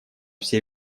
все